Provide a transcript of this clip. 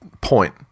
point